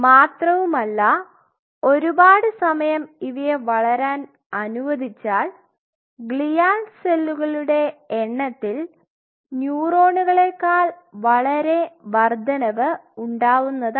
മാത്രവുമല്ല ഒരുപാട് സമയം ഇവയെ വളരാൻ അനുവദിച്ചാൽ ഗ്ലിയാൽ സെല്ലുകളുടെ എണ്ണത്തിൽ ന്യൂറോണുകളെക്കാൾ വളരെ വർദ്ധനവ് ഉണ്ടാവുന്നതാണ്